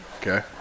Okay